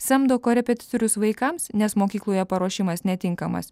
samdo korepetitorius vaikams nes mokykloje paruošimas netinkamas